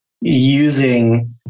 using